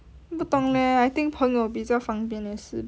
不懂朋友比较方便也是